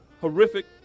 horrific